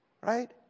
Right